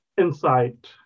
insight